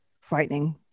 frightening